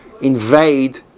invade